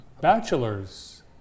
Bachelors